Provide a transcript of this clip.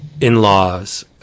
in-laws